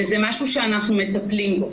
זה משהו שאנחנו מטפלים בו.